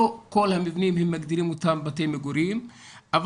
לא את כל המבנים הם מגדירים כבתי מגורים אבל